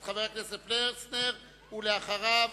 ואחריו,